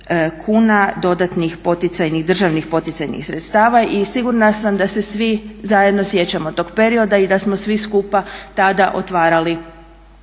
kuna dodatnih poticajnih, državnih poticajnih sredstava i sigurna sam da se svi zajedno sjećamo tog perioda i da smo svi skupa tada otvarali